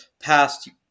past